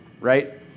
right